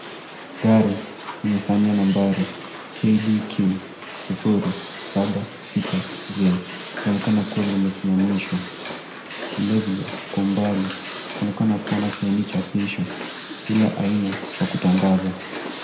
Gari yenye sahani ya nambari KDQ 076J linaonekana kuwa limesimamishwa. Vile vile, kwa umbali kunaonekana kuwa na saini chapisho ila aina wa kutangaza.